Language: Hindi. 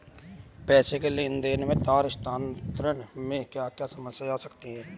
पैसों के लेन देन में तार स्थानांतरण में क्या क्या समस्याएं आ सकती हैं?